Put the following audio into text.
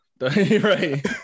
Right